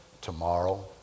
tomorrow